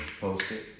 post-it